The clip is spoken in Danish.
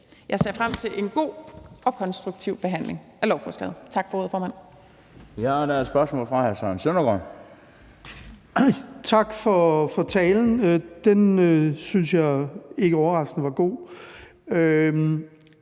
Jeg ser frem til en god og konstruktiv behandling af lovforslaget.